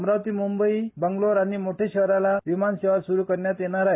अमरावती मुंबई आणि बंगलोर आणि मोठया शहरांना विमान सेवा सुरू करण्यात येणार आहे